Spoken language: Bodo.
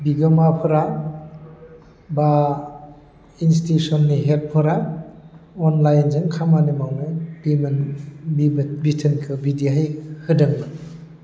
बिगोमाफोरा बा इनस्टिटिउस'ननि हेदफोरा अनलाइनजों खामानि मावनो बिथोनखौ बिदिहाय होदोंमोन